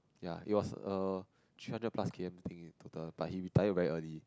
ya it was a three hundred plus K_M thing in total but he retired very early